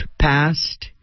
past